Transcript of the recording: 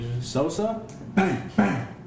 Sosa